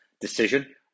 decision